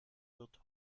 wird